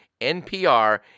NPR